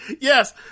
Yes